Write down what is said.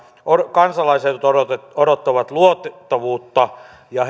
kansalaiset odottavat luotettavuutta ja